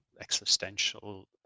existential